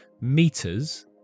meters